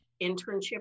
Internship